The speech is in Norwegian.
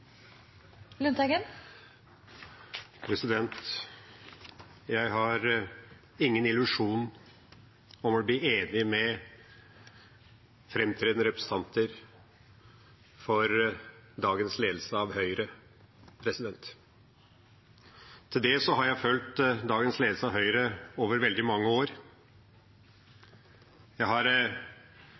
Jeg har ingen illusjoner om å bli enig med framtredende representanter for dagens ledelse av Høyre. Til det har jeg fulgt dagens ledelse av Høyre over for mange år. Jeg har